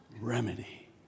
remedy